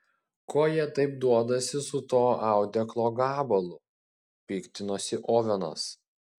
ko jie taip duodasi su tuo audeklo gabalu piktinosi ovenas